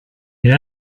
you